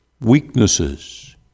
weaknesses